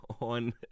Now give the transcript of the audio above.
on